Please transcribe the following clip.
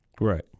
Right